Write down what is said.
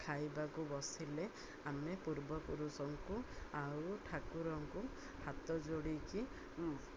ଖାଇବାକୁ ବସିଲେ ଆମେ ପୂର୍ବପୁରୁଷଙ୍କୁ ଆଉ ଠାକୁରଙ୍କୁ ହାତ ଯୋଡ଼ିକି